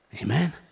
Amen